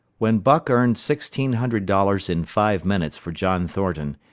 when buck earned sixteen hundred dollars in five minutes for john thornton,